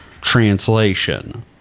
translation